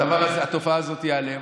התופעה הזאת תיעלם.